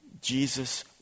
Jesus